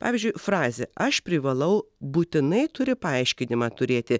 pavyzdžiui frazė aš privalau būtinai turi paaiškinimą turėti